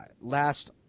last